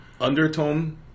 undertone